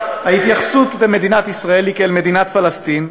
ההתייחסות למדינת ישראל היא כאל מדינת פלסטין,